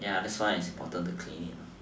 ya that's why it is important to clean it